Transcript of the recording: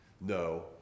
No